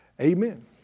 Amen